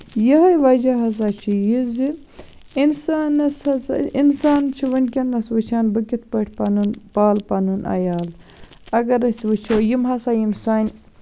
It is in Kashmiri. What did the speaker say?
یِہوے وَجہہ ہسا چھُ یہِ زِ اِنسانَس ہسا اِنسان چھُ وٕنکینَس وٕچھان بہٕ کِتھ پٲٹھۍ پَنُن پالہٕ پَنُن عیال اَگر أسۍ وٕچھو یِم ہسا یِم سانہِ